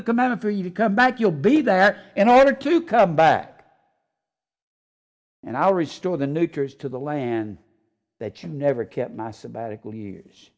command for you to come back you'll be there in order to come back and i'll restore the neuter's to the land that you never kept my sabbatical years